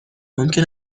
ممکن